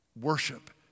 Worship